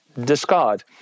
discard